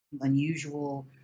unusual